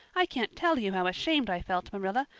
i can't tell you how ashamed i felt, marilla,